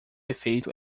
efeito